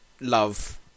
love